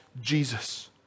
Jesus